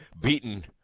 beaten